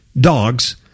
dogs